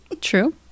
True